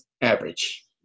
average